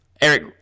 Eric